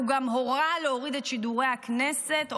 הוא גם הורה להוריד את שידורי הכנסת,